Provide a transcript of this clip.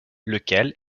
lequel